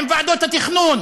עם ועדות התכנון,